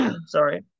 sorry